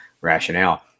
rationale